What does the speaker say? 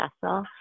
vessel